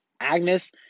Agnes